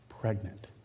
pregnant